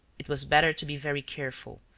it was better to be very careful,